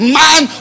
man